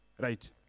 right